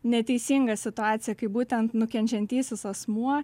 neteisingą situaciją kai būtent nukenčiantysis asmuo